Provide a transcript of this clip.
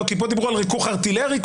כאן קודם דיברו על ריכוך ארטילרי.